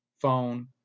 phone